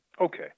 Okay